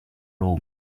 robe